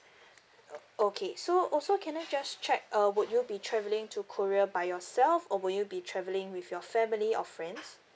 okay so also can I just check uh would you be travelling to korea by yourself or would you be travelling with your family or friends